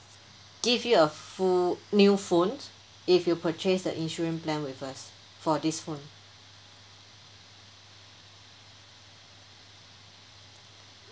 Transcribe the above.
give you a full new phones if you purchase the insurance plan with us for this phone